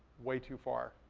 way too far.